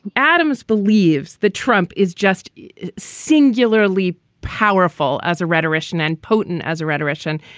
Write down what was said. adams believes the trump is just singularly powerful as a rhetorician and potent as a rhetorician.